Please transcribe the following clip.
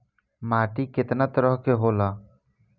माटी केतना तरह के होला?